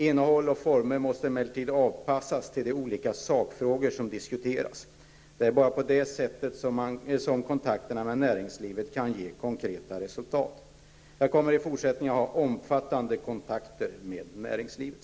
Innehåll och former måste emellertid avpassas till de olika sakfrågor som diskuteras. Det är bara på det sättet som kontakterna med näringslivet kan ge konkreta resultat. Jag kommer i fortsättningen att ha omfattande kontakter med näringslivet.